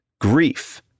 grief